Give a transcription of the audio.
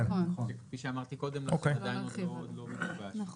כפי שאמרתי קודם --- נכון.